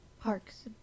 Parks